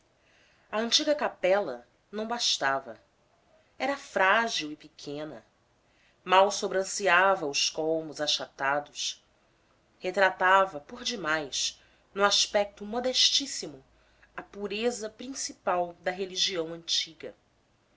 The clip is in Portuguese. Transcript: a antiga capela não bastava era frágil e pequena mal sobranceava os colmos achatados retratava por demais no aspecto modestíssimo a pureza principal da religião antiga